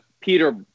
Peter